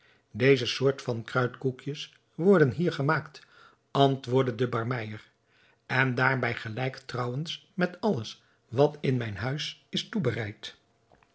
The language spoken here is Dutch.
deze soort van kruidkoekjes worden hier gemaakt antwoordde de barmeyer en daarbij gelijk trouwens met alles wat in mijn huis is